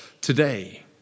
today